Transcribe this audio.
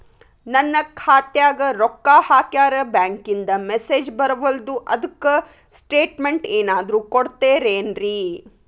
ನನ್ ಖಾತ್ಯಾಗ ರೊಕ್ಕಾ ಹಾಕ್ಯಾರ ಬ್ಯಾಂಕಿಂದ ಮೆಸೇಜ್ ಬರವಲ್ದು ಅದ್ಕ ಸ್ಟೇಟ್ಮೆಂಟ್ ಏನಾದ್ರು ಕೊಡ್ತೇರೆನ್ರಿ?